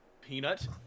Peanut